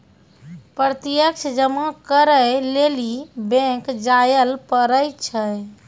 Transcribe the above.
प्रत्यक्ष जमा करै लेली बैंक जायल पड़ै छै